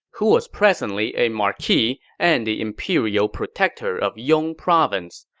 who was presently a marquis and the imperial protector of yong province.